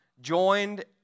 joined